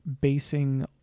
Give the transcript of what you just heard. basing